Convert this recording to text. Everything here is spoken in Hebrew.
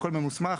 הכול ממוסמך,